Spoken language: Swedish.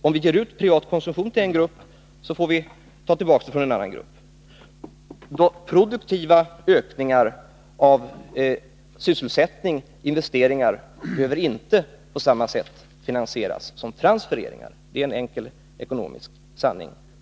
Om vi ger utrymme för privatkonsumtion till en grupp, får vi ta tillbaka från andra grupper. Produktiva ökningar av sysselsättning och investeringar behöver inte finansieras på samma sätt som transfereringar. Det är en enkel ekonomisk sanning.